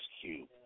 Cube